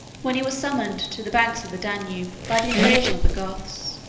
when he was summoned to the banks of the danube by the invasion of the goths.